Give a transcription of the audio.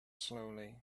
slowly